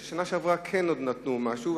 כאשר בשנה שעברה עוד נתנו משהו.